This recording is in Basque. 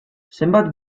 zenbat